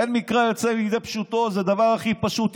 אין מקרא יוצא מידי פשוטו, זה הדבר הכי פשוט.